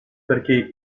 perché